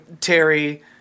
Terry